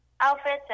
outfits